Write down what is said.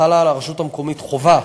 חלה על הרשות המקומית חובה